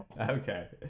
Okay